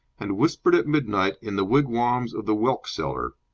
and whispered at midnight in the wigwams of the whelk-seller!